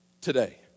today